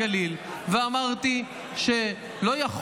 אני עליתי לכאן כשר הנגב והגליל ואמרתי שלא יכול